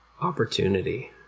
Opportunity